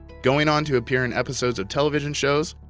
going on to appear in episodes of television shows,